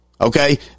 Okay